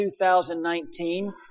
2019